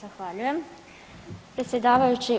Zahvaljujem, predsjedavajući.